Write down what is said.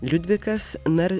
liudvikas nar